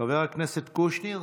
חבר הכנסת קושניר?